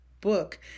book